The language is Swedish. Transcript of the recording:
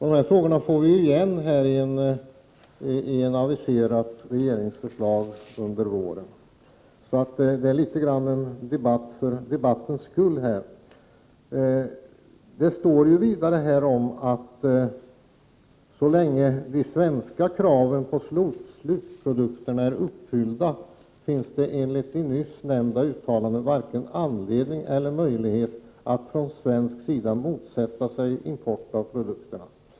De här frågorna kommer vi att få igen i samband med ett aviserat regeringsförslag under våren, så detta är litet av en debatt för debattens egen skull. Utskottet anför: ”Så länge de svenska kraven på slutprodukterna är uppfyllda finns det enligt det nyss nämnda uttalandet varken anledning eller möjlighet att från svensk sida motsätta sig import av produkterna.